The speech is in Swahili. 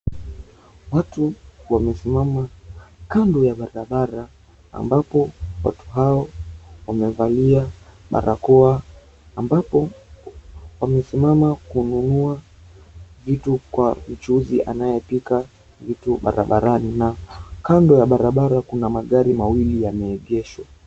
Watu wamesimama kando ya barabara ambapo watu hao wamevalia barakoa ambapo wamesimama kununua vitu kwa mchuuzi anayepika vitu barabarani. Kando ya barabara kuna magari mawili yameegeshwa.